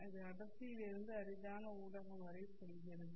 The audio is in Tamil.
அது அடர்த்தியிலிருந்து அரிதான ஊடகம் வரை செல்கிறது